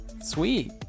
sweet